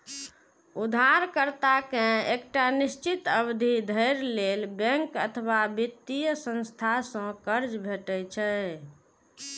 उधारकर्ता कें एकटा निश्चित अवधि धरि लेल बैंक अथवा वित्तीय संस्था सं कर्ज भेटै छै